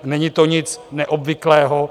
Není to nic neobvyklého.